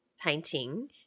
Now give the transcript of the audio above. painting